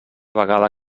vegada